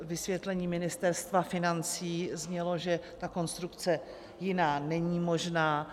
Vysvětlení Ministerstva financí znělo, že jiná konstrukce není možná.